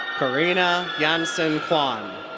carina yansin quan.